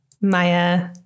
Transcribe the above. Maya